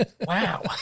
Wow